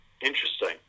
interesting